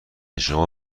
شما